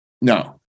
no